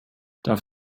darf